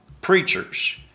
preachers